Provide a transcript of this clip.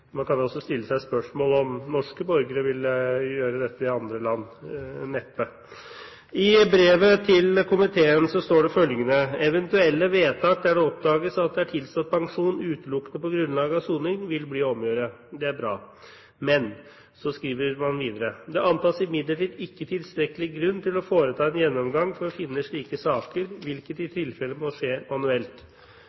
Man kan jo også stille seg spørsmålet om norske borgere ville kunne gjøre dette i andre land. Neppe. I brevet til komiteen står det følgende: «Eventuelle vedtak der det oppdages at det er tilstått pensjon utelukkende på grunnlag av soning, vil bli å omgjøre.» Det er bra. Men så skriver man videre: «Det antas imidlertid ikke tilstrekkelig grunn til å foreta en gjennomgang for å finne slike saker, hvilket i